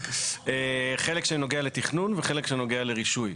חלק שנוגע לתכנון וחלק שנוגע לרישוי.